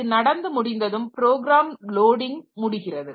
இது நடந்து முடிந்ததும் ப்ரோக்ராம் லோடிங் முடிகிறது